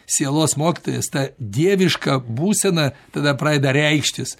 sielos mokytojas ta dieviška būsena tada pradeda reikštis